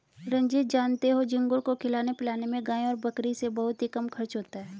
रंजीत जानते हो झींगुर को खिलाने पिलाने में गाय और बकरी से बहुत ही कम खर्च होता है